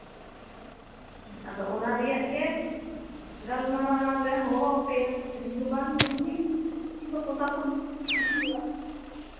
ᱦᱩᱸ ᱟᱫᱚ ᱚᱱᱟ ᱨᱮᱭᱟᱜ ᱜᱮ ᱜᱟᱞᱢᱟᱨᱟᱣ ᱞᱮ ᱦᱚᱦᱚᱣᱟᱯᱮᱭᱟ ᱡᱩᱫᱤ ᱵᱟᱝ ᱦᱩᱭᱩᱜᱼᱟ ᱩᱱᱫᱚ ᱯᱨᱚᱥᱟᱥᱚᱱ ᱥᱮᱫ ᱤᱫᱤ ᱦᱩᱭᱩᱜᱼᱟ